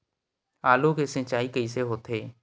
आलू के सिंचाई कइसे होथे?